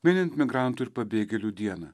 minint migrantų ir pabėgėlių dieną